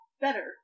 Better